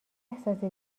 احساسی